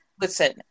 Listen